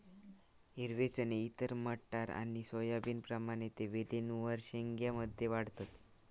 हिरवे चणे इतर मटार आणि सोयाबीनप्रमाणे ते वेलींवर शेंग्या मध्ये वाढतत